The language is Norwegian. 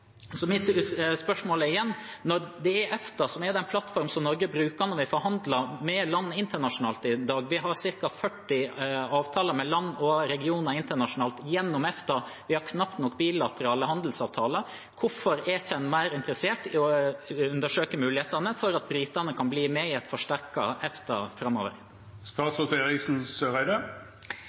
Mitt spørsmål er igjen: Når det er EFTA som er den plattformen Norge bruker når vi forhandler med land internasjonalt i dag – vi har ca. 40 avtaler med land og regioner internasjonalt gjennom EFTA, vi har knapt nok bilaterale handelsavtaler – hvorfor er en ikke mer interessert i å undersøke mulighetene for at britene kan bli med i et forsterket EFTA